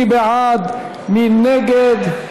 מי בעד, מי נגד?